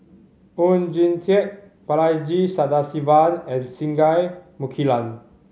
Oon Jin Teik Balaji Sadasivan and Singai Mukilan